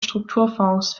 strukturfonds